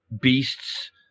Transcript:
beasts